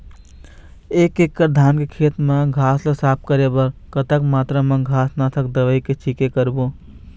एक एकड़ धान के खेत मा घास ला साफ करे बर कतक मात्रा मा घास नासक दवई के छींचे करबो?